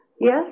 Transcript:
Yes